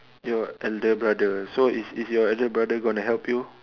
your elder brother so is is your elder brother gonna help you